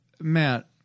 Matt